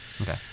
okay